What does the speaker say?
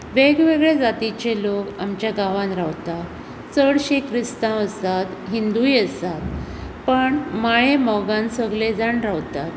वेग वेगळ्या जातींचे लोक आमच्या गांवांत रावतात चडशीं क्रिस्तांव आसात हिंदूय आसात पण मायेमोगान सगळे जाण रावतात